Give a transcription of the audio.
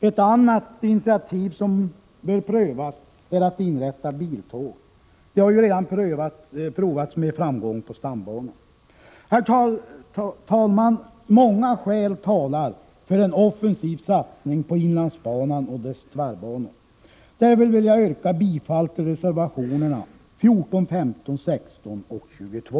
Ett annat initiativ som bör prövas är att inrätta biltåg, något som ju redan har provats med framgång på stambanan. Herr talman! Många skäl talar för en offensiv satsning på inlandsbanan och dess tvärbanor. Jag yrkar därför bifall till reservationerna 14, 15, 16 och 22.